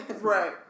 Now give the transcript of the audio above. right